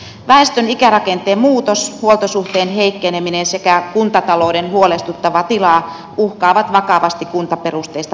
väestön ikärakenteen muutos huoltosuhteen heikkeneminen sekä kuntatalouden huolestuttava tila uhkaavat vakavasti kuntaperusteista palvelujärjestelmää